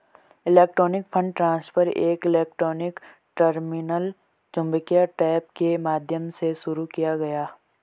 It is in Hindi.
इलेक्ट्रॉनिक फंड ट्रांसफर एक इलेक्ट्रॉनिक टर्मिनल चुंबकीय टेप के माध्यम से शुरू किया गया